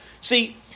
See